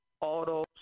auto